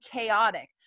chaotic